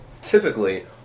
typically